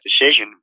decision